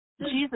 Jesus